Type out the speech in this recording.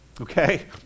okay